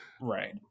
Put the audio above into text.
Right